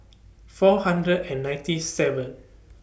four hundred and ninety seven